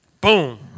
boom